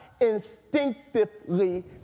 instinctively